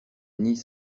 nient